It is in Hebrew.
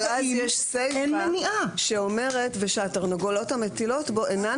אז יש סיפה שאומרת שהתרנגולות המטילות בו אינן